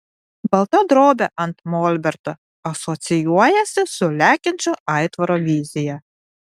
balta drobė ant molberto asocijuojasi su lekiančio aitvaro vizija